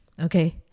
okay